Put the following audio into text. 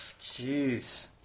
jeez